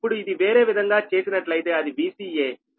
ఇప్పుడు ఇది వేరే విధంగా చేసినట్లయితే అది Vca